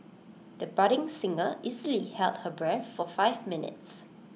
the budding singer easily held her breath for five minutes